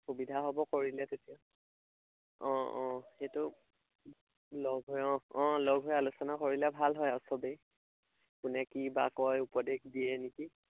সুবিধা হ'ব কৰিলে তেতিয়া অঁ অঁ সেইটো লগ হৈ অঁ অঁ লগ হৈ আলোচনা কৰিলে ভাল হয় আৰু চবেই কোনে কি বা কয় উপদেশ দিয়ে নেকি